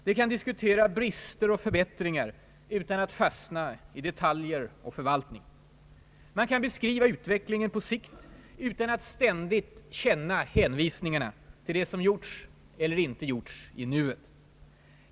Det kan diskutera brister och förbättringar utan att fastna i detaljer och förvaltning. Man kan beskriva utvecklingen på sikt utan att ständigt känna hänvisningarna till det som gjorts eller inte gjorts i nuet.